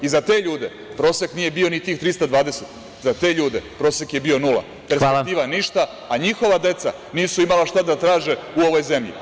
I za te ljude prosek nije bio ni tih 320, za te ljude prosek je bio nula, perspektiva ništa, a njihova deca nisu imala šta da traže u ovoj zemlji.